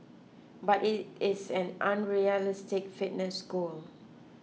but it is an unrealistic fitness goal